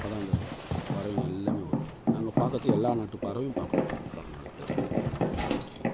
அப்போதான் அந்த பறவைங்கள் எல்லாமே வரும் அங்கே பார்க்கறத்துக்கு எல்லா நாட்டுப்பறவையும் பார்க்கலாம் சரணாலயத்தில் வேலை செய்யும் போது தேங்க் யூ